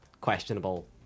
questionable